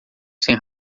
sem